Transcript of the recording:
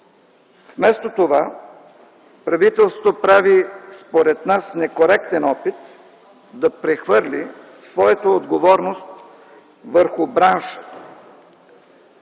Вместо това, правителството прави според нас некоректен опит да прехвърли своята отговорност върху бранша